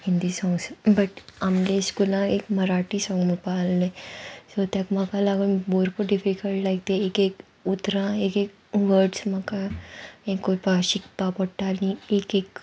Hindi songs but आमगे स्कुलाक एक मराठी सोंग म्हणपा आसलें सो ताका म्हाका लागून भरपूर डिफिकल्ट लायक ते एक एक उतरां एक एक वड्स म्हाका हें करपा शिकपा पडटा आनी एक एक